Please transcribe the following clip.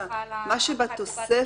שאם נצליח לאשר אותם לקריאה שנייה ושלישית,